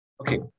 okay